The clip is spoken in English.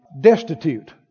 Destitute